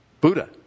Buddha